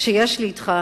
שיש לי אתך,